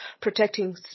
protecting